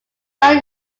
not